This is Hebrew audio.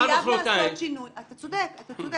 אתה צודק.